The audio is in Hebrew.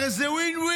הרי זה win-win.